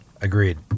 Agreed